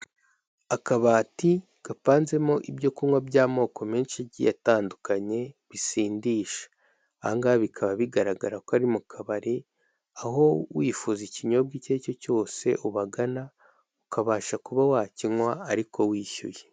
Akabati gapanzemo ibyokunywa by'amoko menshi igiye atandukanye, bisindisha, ahangaha bikaba bigaragara ko ari mu kabari, aho wifuza ikinyobwa icyo ari cyo cyose ubagana, ukabasha kuba wakinywa ariko wishyuye.